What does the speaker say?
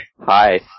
Hi